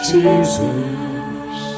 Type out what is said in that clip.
Jesus